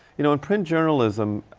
you know in print journalism,